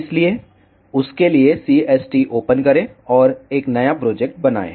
इसलिए उसके लिए CST ओपन करें और एक नया प्रोजेक्ट बनाएं